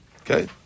Okay